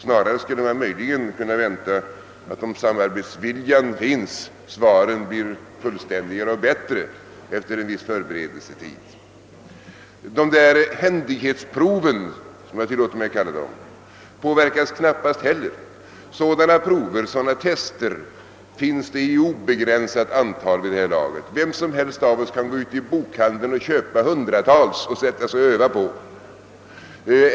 Snarare skulle man kunna vänta att svaren, om samarbetsvilja finns, blir fullständigare och bättre efter en viss förberedelsetid. Händighetsproven, som jag tillåter mig kalla dem, påverkas knappast heller. Sådana prov finns i obegränsat antal vid det här laget. Vem som helst av oss kan gå in i en bokhandel och köpa hundratals prov att öva på.